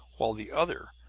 while the other,